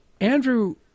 andrew